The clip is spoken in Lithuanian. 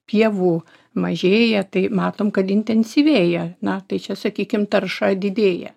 pievų mažėja tai matom kad intensyvėja na tai čia sakykim tarša didėja